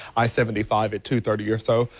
i seventy five at two thirty or so,